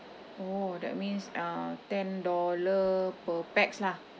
oh that means uh ten dollar per pax lah